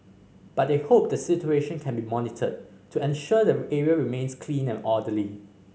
but they hope the situation can be monitored to ensure the area remains clean and orderly